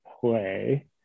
play